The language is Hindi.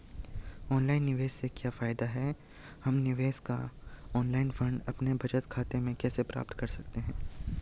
ऑनलाइन निवेश से क्या फायदा है हम निवेश का ऑनलाइन फंड अपने बचत खाते में कैसे प्राप्त कर सकते हैं?